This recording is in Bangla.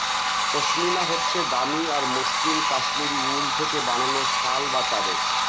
পশমিনা হচ্ছে দামি আর মসৃণ কাশ্মীরি উল থেকে বানানো শাল বা চাদর